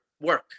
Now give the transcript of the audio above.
work